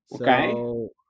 okay